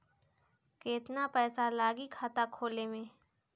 केतना पइसा लागी खाता खोले में?